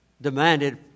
demanded